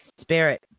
Spirit